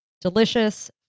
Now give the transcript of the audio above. delicious